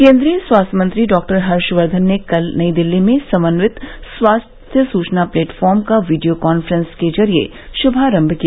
केन्द्रीय स्वास्थ्य मंत्री डॉक्टर हर्षकर्धन ने कल नई दिल्ली में समन्वित स्वास्थ्य सूचना प्लेटफार्म का वीडियों कांफ्रेंसिंग के जरिये शुभारंभ किया